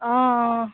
অঁ অঁ